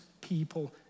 people